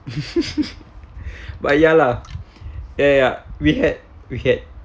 but ya lah ya ya we had we had